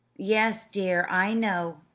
yes, dear, i know,